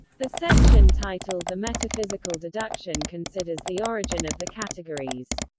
the section titled the metaphysical deduction considers the origin of the categories.